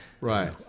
Right